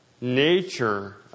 nature